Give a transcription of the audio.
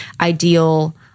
ideal